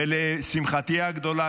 ולשמחתי הגדולה,